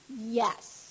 yes